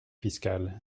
fiscal